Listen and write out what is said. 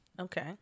Okay